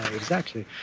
exactly.